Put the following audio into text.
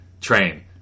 train